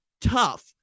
tough